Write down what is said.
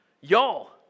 y'all